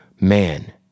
Man